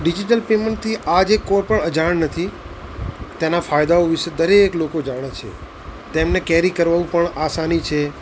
digital પેમેન્ટથી આજે કોઈપણ અજાણ નથી તેના ફાયદાઓ વિશે દરેક લોકો જાણે છે તેમને કેરી કરવું પણ આસાની છે